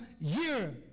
year